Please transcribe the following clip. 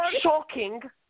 Shocking